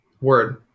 Word